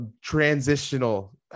transitional –